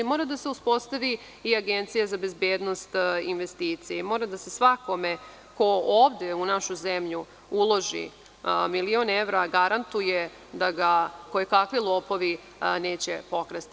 Mora da se uspostavi i Agencija za bezbednost investicija i mora da se svakome ko ovde u našu zemlju uloži milion evra garantuje da ga kojekakvi lopovi neće pokrasti.